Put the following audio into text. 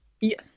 Yes